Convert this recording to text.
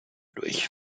durch